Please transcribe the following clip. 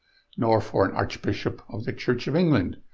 nor for an archbishop of the church of england,